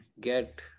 get